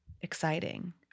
exciting